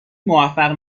موفق